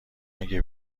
اگه